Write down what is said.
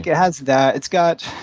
it has that. it's got,